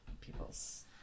people's